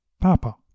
Papa